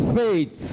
faith